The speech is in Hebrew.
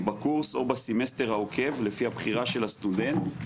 בקורס או בסמסטר העוקב, לפי הבחירה של הסטודנט.